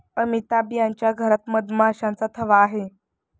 अमिताभ यांच्या घरात मधमाशांचा थवा आहे